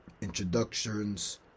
introductions